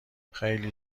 خیلی